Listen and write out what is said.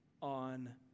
on